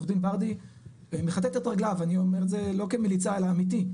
עורך דין ורדי מכתת את רגליו אני אומר את זה לא כמליצה אלא אמיתי.